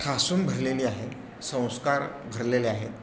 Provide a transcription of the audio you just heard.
ठासून भरलेली आहे संस्कार भरलेले आहेत